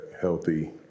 healthy